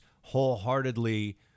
wholeheartedly